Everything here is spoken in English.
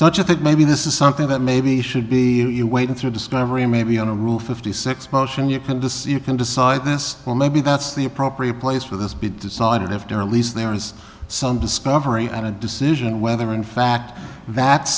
don't you think maybe this is something that maybe should be you waiting through discovery maybe on a rule fifty six motion you can deceive you can decide this or maybe that's the appropriate place for this be decided after least there is some discovery and a decision whether in fact that